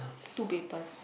two papers